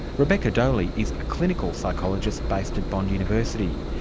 rebekah doley is a clinical psychologist based at bond university.